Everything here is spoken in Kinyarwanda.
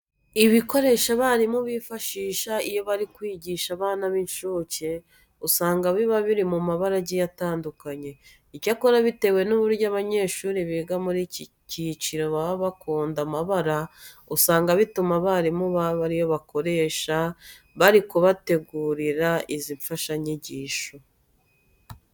Ibikoresho abarimu bifashisha iyo bari kwigisha abana b'incuke, usanga biba biri mu mabara agiye atandukanye. Icyakora bitewe n'uburyo abanyeshuri biga muri iki cyiciro baba bakunda amabara, usanga bituma abarimu babo ari yo bakoresha bari kubategurira izi mfashanyigisho.